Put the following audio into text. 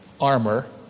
armor